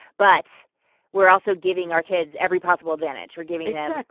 but we're also giving our kids every possible advantage. we're giving them. like